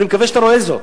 אני מקווה שאתה רואה זאת,